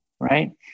right